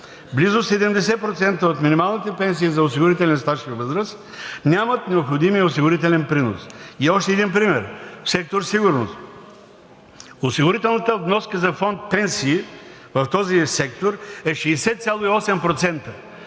Близо 70% от минималните пенсии за осигурителен стаж и възраст нямат необходимия осигурителен принос. И още един пример в сектор „Сигурност“: осигурителната вноска за Фонд „Пенсии“ в този сектор е 60,8%,